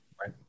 Right